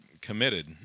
committed